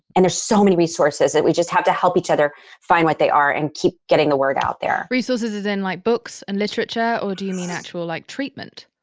and there's so many resources that we just have to help each other find what they are and keep getting the word out there resources as in like books and literature? or do you mean actual like treatment?